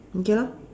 okay lah